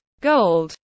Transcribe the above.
Gold